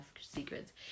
secrets